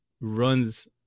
runs